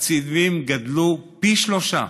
התקציבים גדלו פי שלושה,